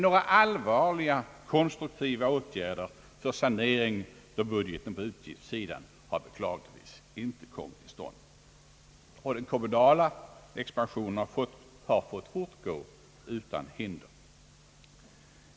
Några allvarliga konstruktiva åtgärder för sanering av budgeten på utgiftssidan har beklagligtvis inte kommit till stånd. Den kommunala expansionen har fått fortgå utan hinder.